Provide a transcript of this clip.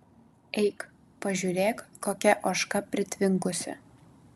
eik pažiūrėk kokia ožka pritvinkusi